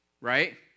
right